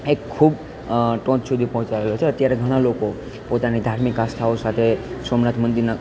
એક ખૂબ ટોચ સુધી પહોંચાડેલો છે અત્યારે ઘણાં લોકો પોતાની ધાર્મિક આસ્થાઓ સાથે સોમનાથ મંદિરનાં